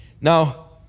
Now